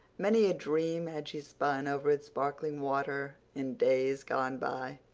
many a dream had she spun over its sparkling water in days gone by.